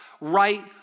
right